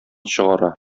чыгара